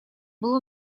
было